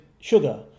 sugar